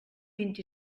vint